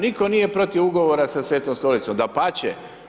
Nitko nije protiv ugovora sa Svetom Stolicom, dapače.